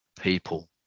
people